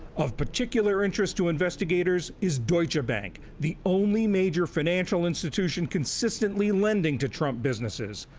of particular interest to investigators is deutsche bank, the only major financial institution consistently lending to trump businesses.